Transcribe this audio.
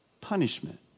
punishment